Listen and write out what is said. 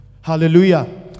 Hallelujah